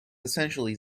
essentially